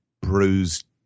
bruised